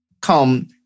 come